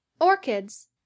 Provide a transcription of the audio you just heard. Orchids